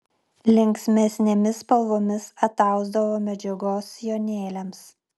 linksmesnėmis spalvomis atausdavo medžiagos sijonėliams